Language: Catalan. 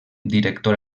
director